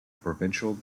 provincial